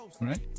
right